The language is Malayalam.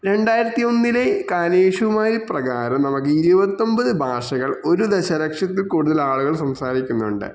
രണ്ടായിരത്തി ഒന്നിലെ കാനേഷു കുമാരി പ്രകാരം നമുക്ക് ഇരുപത്തി ഒൻപത് ഭാഷകൾ ഒരു ദശലക്ഷത്തിൽ കൂടുതൽ ആളുകൾ സംസാരിക്കുന്നുണ്ട്